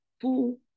full